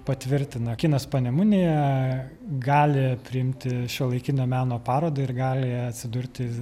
patvirtina kinas panemunėje gali priimti šiuolaikinio meno parodą ir gali atsidurti